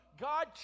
god